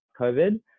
COVID